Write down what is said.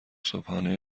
صبحانه